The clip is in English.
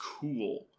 cool